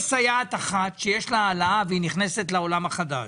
יש סייעת אחת שיש לה העלאה והיא נכנסת לעולם החדש.